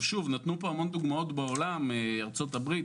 נתנו פה דוגמאות מהעולם ארצות הברית,